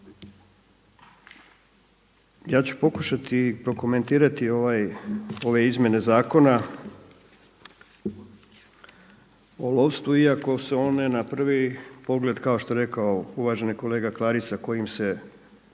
Ja ću pokušati prokomentirati ove izmjene Zakona o lovstvu iako se one na prvi pogled kao što je rekao uvaženi kolega Klarić sa kojim se,